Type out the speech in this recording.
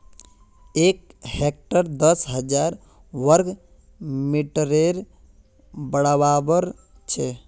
एक हेक्टर दस हजार वर्ग मिटरेर बड़ाबर छे